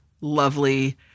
lovely